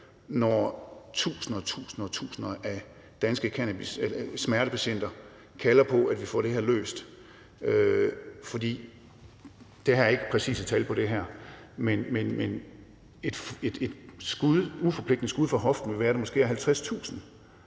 når tusinder og tusinder af danske smertepatienter kalder på, at vi får det her løst. Der er ikke præcise tal på det her, men et uforpligtende skud fra hoften vil være, at der måske er 50.000